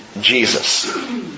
Jesus